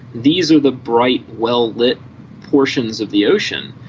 these are the bright, well lit portions of the ocean,